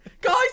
Guys